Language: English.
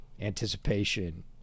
anticipation